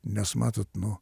nes matot nu